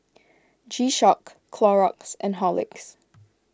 G Shock Clorox and Horlicks